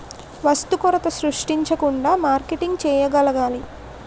వస్తు కొరత సృష్టించకుండా మార్కెటింగ్ చేయగలగాలి